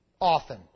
often